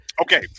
Okay